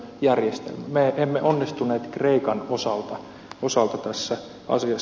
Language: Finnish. me emme onnistuneet kreikan osalta tässä asiassa